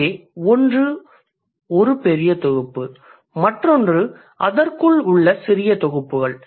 எனவே ஒன்று ஒரு பெரிய தொகுப்பு மற்றொன்று அதற்குள் இருக்கும் சிறிய தொகுப்புகள்